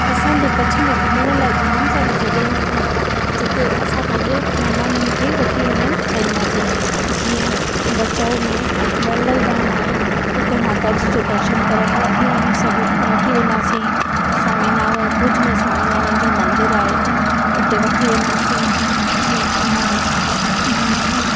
असांजे कच्छ में घुमण लाइ जामु सारियूं जॻहियूं आहिनि जिते असां पंहिंजे महिमाननि खे वठी वञणु चाहींदासीं जीअं बचाऊ में मोगल धाम आहे उते माता जी जो दर्शन कराइणु वठी वञी सघूं वठी वेंदासीं स्वामी नारायण भुज में स्वामी नारायण जो मंदरु आहे उते वठी वेंदासीं जी ऐं मा